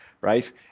right